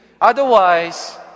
Otherwise